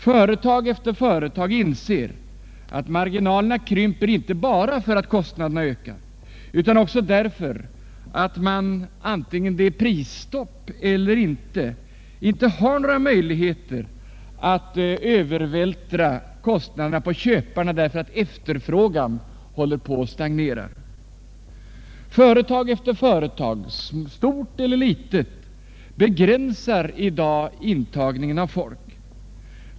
Företag efter företag inser att marginalerna krymper, inte bara därför att kostnaderna ökar utan också därför att man — antingen det är prisstopp eller ej — inte har nägra möjligheter att övervältra kostnaderna på köparna, emedan efterfrågan håller på att stagnera. Företag efter företag, stort eller litet, begränsar i dag intagningen av folk.